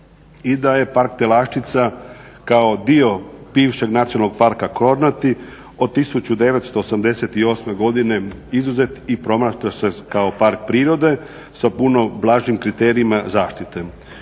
i da je Park Telaščica kao dio bivšeg Nacionalnog parka Kornati od 1988. godine izuzet i promatra se kao park prirode sa puno blažim kriterijima zaštite.